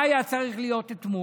מה היה צריך להיות אתמול?